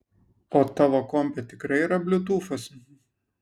o tavo kompe tikrai yra bliutūfas